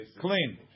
Clean